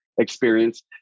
experience